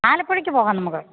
ആലപ്പുഴക്ക് പോകാം നമുക്ക്